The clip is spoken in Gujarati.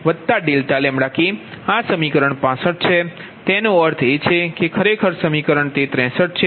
તેથી તેનો અર્થ એ છે કે ખરેખર સમીકરણ 63 છે